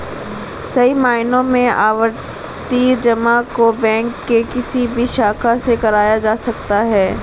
सही मायनों में आवर्ती जमा को बैंक के किसी भी शाखा से कराया जा सकता है